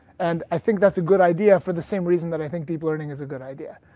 and i think that's a good idea for the same reason that i think deep learning is a good idea.